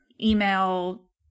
email